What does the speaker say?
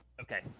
Okay